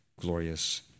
glorious